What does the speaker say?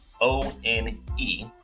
O-N-E